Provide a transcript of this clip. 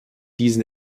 diesen